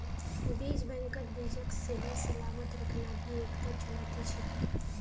बीज बैंकत बीजक सही सलामत रखना भी एकता चुनौती छिको